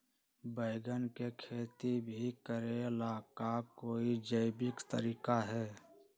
बैंगन के खेती भी करे ला का कोई जैविक तरीका है?